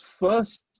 first